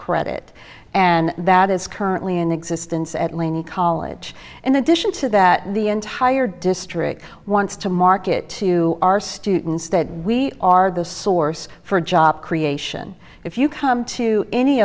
credit and that is currently in existence at laney college in addition to that the entire district wants to market to our students that we are the source for job creation if you come to any